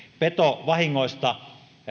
petovahingoista